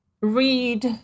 Read